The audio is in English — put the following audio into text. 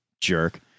jerk